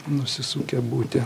nusisukę būti